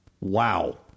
Wow